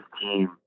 team